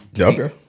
Okay